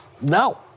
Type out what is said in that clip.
No